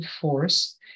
force